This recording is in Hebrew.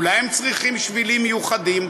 אולי הם צריכים שבילים מיוחדים,